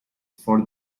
for